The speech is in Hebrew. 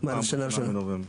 אני סובלני.